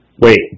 Wait